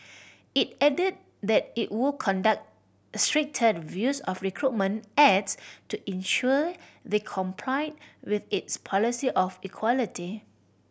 it added that it would conduct stricter reviews of recruitment ads to ensure they complied with its policy of equality